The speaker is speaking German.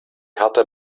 härte